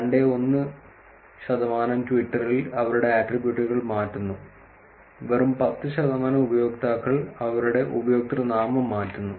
21 ശതമാനം ട്വിറ്ററിൽ അവരുടെ ആട്രിബ്യൂട്ടുകൾ മാറ്റുന്നു വെറും 10 ശതമാനം ഉപയോക്താക്കൾ അവരുടെ ഉപയോക്തൃനാമം മാറ്റുന്നു